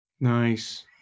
nice